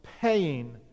paying